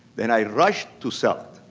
then i rushed to sell it.